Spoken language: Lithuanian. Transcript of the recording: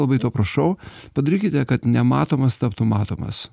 labai to prašau padarykite kad nematomas taptų matomas